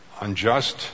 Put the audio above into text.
unjust